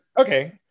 okay